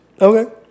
Okay